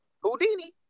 Houdini